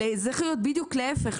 צריך להיות בדיוק להיפך,